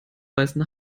beißen